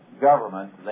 government